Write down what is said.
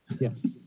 Yes